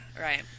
right